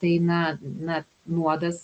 tai na na nuodas